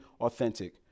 authentic